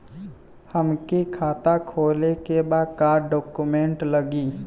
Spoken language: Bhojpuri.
हमके खाता खोले के बा का डॉक्यूमेंट लगी?